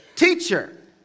Teacher